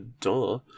duh